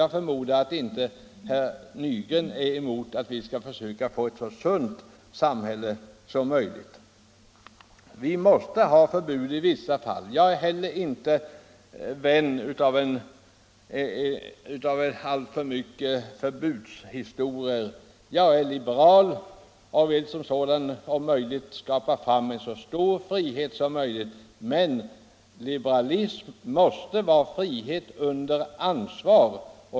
Jag förmodar att herr Nygren inte är emot att vi försöker få ett så sunt samhälle som möjligt. Vi måste ha förbud i vissa fall. Jag är inte heller vän av alltför många förbud. Jag är liberal och vill som sådan skapa så stor frihet som möjligt. Men liberalism måste innebära frihet under ansvar.